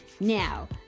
now